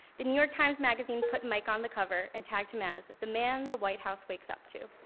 the new york times magazine put mike on the cover, and tagged him as, the man the white house wakes up to.